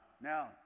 Now